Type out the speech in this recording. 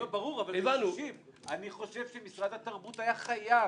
אני חושב שמשרד התרבות היה חייב,